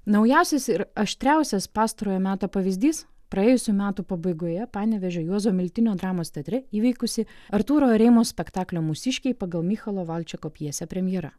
naujausias ir aštriausias pastarojo meto pavyzdys praėjusių metų pabaigoje panevėžio juozo miltinio dramos teatre įvykusi artūro rėmo spektaklio mūsiškiai pagal mykolo valčeko pjesę premjera